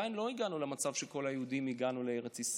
עדיין לא הגענו למצב שכל היהודים הגיעו לארץ ישראל.